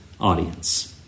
audience